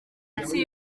minsi